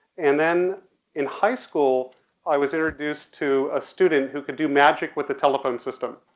and then in high school i was introduced to a student who could do magic with the telephone system.